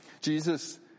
Jesus